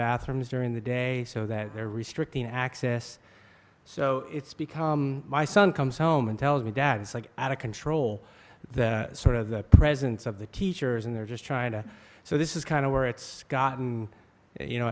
bathrooms during the day so that they're restricting access so it's because my son comes home and tells me dad it's like out of control that sort of the presence of the teachers and they're just trying to so this is kind of where it's gotten you know